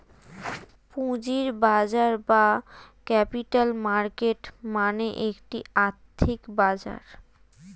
পুঁজির বাজার বা ক্যাপিটাল মার্কেট মানে একটি আর্থিক বাজার